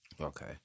Okay